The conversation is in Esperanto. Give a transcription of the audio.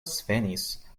svenis